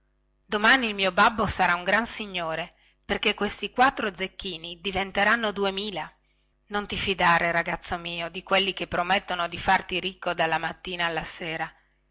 domani il mio babbo sarà un gran signore perché questi quattro zecchini diventeranno duemila non ti fidare ragazzo mio di quelli che promettono di farti ricco dalla mattina alla sera